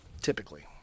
typically